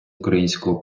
українського